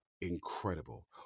incredible